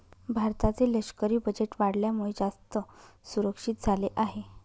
भारताचे लष्करी बजेट वाढल्यामुळे, जास्त सुरक्षित झाले आहे